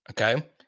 okay